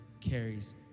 carries